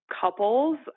couples